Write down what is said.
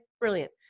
brilliant